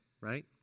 right